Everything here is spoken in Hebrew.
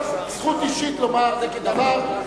יש לך זכות אישית לומר דבר.